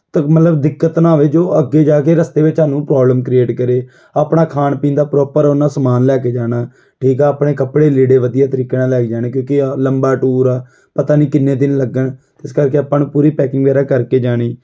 ਮਤਲਬ ਦਿੱਕਤ ਨਾ ਆਵੇ ਜੋ ਅੱਗੇ ਜਾ ਕੇ ਰਸਤੇ ਵਿੱਚ ਹਾਨੂੰ ਪ੍ਰੋਬਲਮ ਕ੍ਰੀਏਟ ਕਰੇ ਆਪਣਾ ਖਾਣ ਪੀਣ ਦਾ ਪ੍ਰੋਪਰ ਉੰਨਾ ਸਮਾਨ ਲੈ ਕੇ ਜਾਣਾ ਠੀਕ ਆ ਆਪਣੇ ਕੱਪੜੇ ਲੀੜੇ ਵਧੀਆ ਤਰੀਕੇ ਨਾਲ ਲੈ ਕੇ ਜਾਣੇ ਕਿਉਂਕਿ ਆ ਲੰਬਾ ਟੂਰ ਆ ਪਤਾ ਨੀ ਕਿੰਨੇ ਦਿਨ ਲੱਗਣ ਇਸ ਕਰਕੇ ਆਪਾਂ ਨੂੰ ਪੂਰੀ ਪੈਕਿੰਗ ਵਗੈਰਾ ਕਰਕੇ ਜਾਣੀ